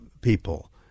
people